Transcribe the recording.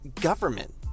government